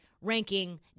ranking